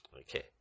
Okay